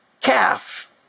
calf